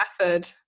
method